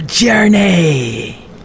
Journey